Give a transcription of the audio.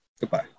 Goodbye